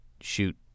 shoot